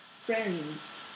friends